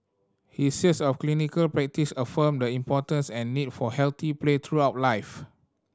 his years of clinical practice affirmed the importance and need for healthy play throughout life